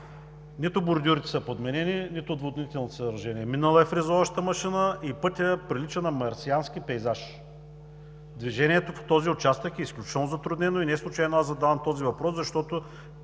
Нито бордюрите са подменени, нито отводнителните съоръжения. Минала е фрезоващата машина и пътят прилича на марсиански пейзаж. Движението по този участък е изключително затруднено и неслучайно аз задавам този въпрос – защото